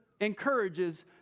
encourages